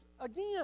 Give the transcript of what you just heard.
again